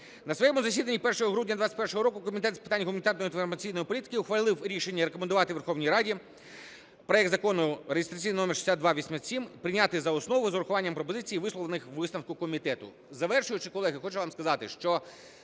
На своєму засіданні, 1 грудня 21-го року, Комітет з питань гуманітарної та інформаційної політики ухвалив рішення рекомендувати Верховній Раді проект Закону реєстраційний номер 6287 прийняти за основу з урахуванням пропозицій, висловлених у висновку комітету. Завершуючи, колеги, хочу вам сказати, що